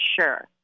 sure